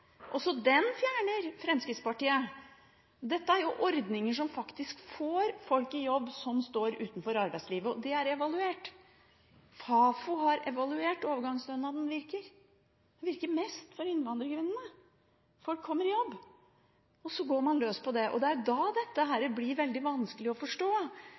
Også den fjerner Fremskrittspartiet. Dette er jo ordninger som faktisk får folk som står utenfor arbeidslivet, i jobb, og de er evaluert. Fafo har evaluert hvordan overgangsstønaden virker. Den virker mest for innvandrerkvinnene. Folk kommer i jobb. Så går man løs på det, og da blir dette veldig vanskelig å forstå.